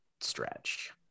stretch